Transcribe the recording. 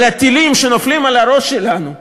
הטילים שנופלים על הראש שלנו מרצועת-עזה,